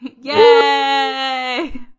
Yay